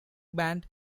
band